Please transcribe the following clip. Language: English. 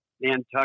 Nantucket